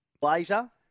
blazer